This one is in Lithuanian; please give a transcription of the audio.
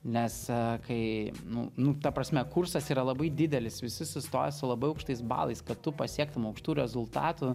nes a kai nu nu ta prasme kursas yra labai didelis visi sustoja su labai aukštais balais kad tu pasiektum aukštų rezultatų